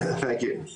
(תרגום חופשי מהשפה אנגלית): תודה רבה,